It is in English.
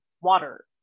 water